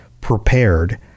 prepared